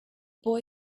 boy